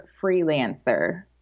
freelancer